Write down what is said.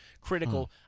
critical